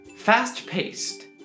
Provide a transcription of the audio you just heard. Fast-paced